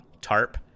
tarp